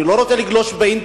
אני לא רוצה לגלוש באינטרנט.